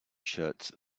shirts